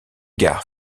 gare